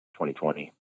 2020